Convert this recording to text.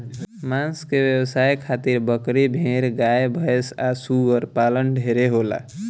मांस के व्यवसाय खातिर बकरी, भेड़, गाय भैस आ सूअर पालन ढेरे होला